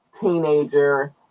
teenager